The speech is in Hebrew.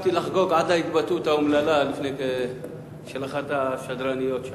עד ההתבטאות האומללה של אחת השדרניות שם.